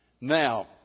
Now